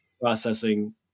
processing